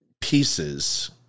pieces